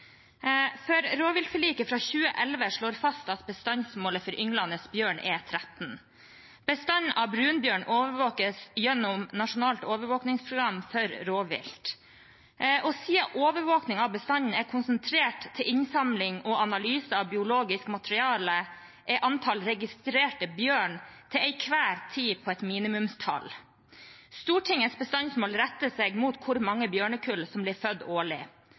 Rovviltforliket fra 2011 slår fast at bestandsmålet for ynglende bjørn er 13. Bestanden av brunbjørn overvåkes gjennom Nasjonalt overvåkingsprogram for rovvilt. Og siden overvåkingen av bestanden er konsentrert til innsamling og analyser av biologisk materiale, er antallet registrerte bjørner til enhver tid et minimumstall. Stortingets bestandsmål retter seg mot hvor mange bjørnekull som blir født årlig.